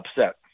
upset